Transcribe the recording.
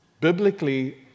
Biblically